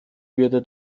würde